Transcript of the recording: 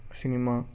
cinema